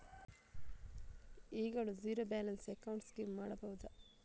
ಈಗಲೂ zero balance account scheme ಮಾಡಬಹುದಾ?